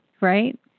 right